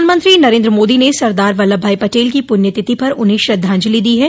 प्रधानमंत्री नरेन्द्र मोदी ने सरदार वल्लभ भाई पटेल की पुण्य तिथि पर उन्हें श्रद्धांजलि दी है